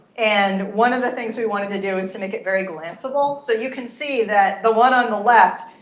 and one of the things we wanted to do is to make it very glanceable. so you can see that the one on the left,